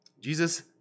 Jesus